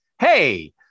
hey